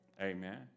Amen